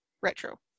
retro